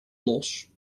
los